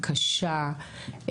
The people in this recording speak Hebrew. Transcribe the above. קשה,